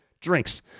drinks